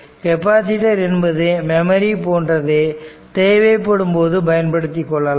capacitor என்பது memory போன்றது தேவைப்படும் போது பயன்படுத்திக் கொள்ளலாம்